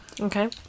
Okay